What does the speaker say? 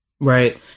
Right